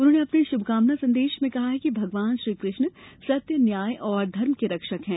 उन्होंने अपने श्भकामना संदेश में कहा है कि भगवान श्रीकष्ण सत्य न्याय और धर्म के रक्षक हैं